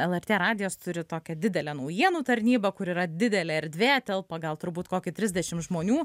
lrt radijas turi tokią didelę naujienų tarnybą kur yra didelė erdvė telpa gal turbūt kokį trisdešim žmonių